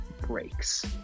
breaks